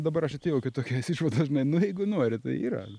dabar aš atėjau iki tokios išvados žinai nu jeigu nori tai yra